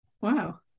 Wow